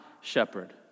shepherd